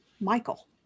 michael